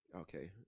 Okay